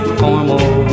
formal